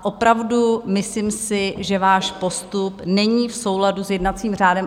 Opravdu si myslím, že váš postup není v souladu s jednacím řádem.